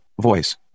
voice